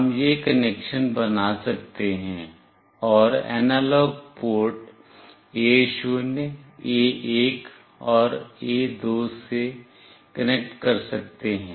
हम यह कनेक्शन बना सकते हैं और एनालॉग पोर्ट A0 A1 और A2 से कनेक्ट कर सकते हैं